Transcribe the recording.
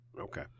Okay